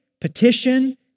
petition